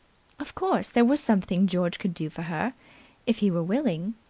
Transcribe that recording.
of course there was something george could do for her if he were willing.